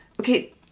okay